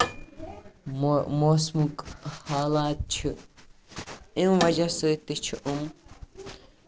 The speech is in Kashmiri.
موسمُک حالات چھُ اَمہِ وجہہ سۭتۍ تہِ چھُ أمۍ